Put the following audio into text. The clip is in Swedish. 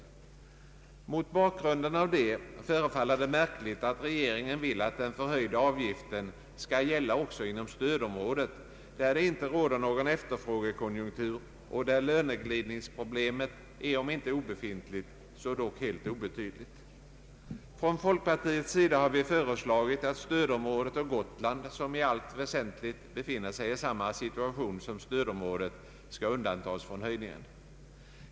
Mot denna bakgrund förefaller det märkligt att regeringen vill att den förhöjda avgiften skall gälla också inom stödområdet, där det inte råder någon efterfrågekonjunktur och där löneglidningsproblemet är om inte obefintligt så dock helt obetydligt. Från folkpartiets sida har vi föreslagit att stödområdet samt Gotland som i allt väsentligt befinner sig i samma situation som stödområdet skall undantas från höjningarna.